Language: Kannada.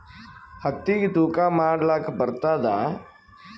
ಹತ್ತಿಗಿ ತೂಕಾ ಮಾಡಲಾಕ ಬರತ್ತಾದಾ?